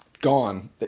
gone